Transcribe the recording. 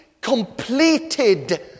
completed